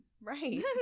right